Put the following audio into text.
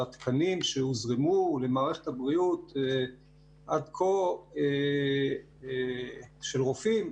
שהתקנים שהוזרמו למערכת הבריאות עד כה של רופאים,